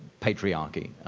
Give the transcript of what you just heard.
patriarchy.